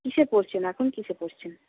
কীসে পড়ছেন এখন কীসে পড়ছেন